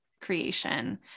creation